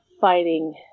fighting